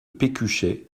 pécuchet